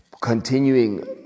Continuing